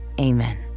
amen